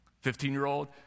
Fifteen-year-old